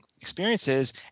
experiences